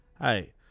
Hey